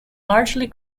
largely